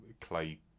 clay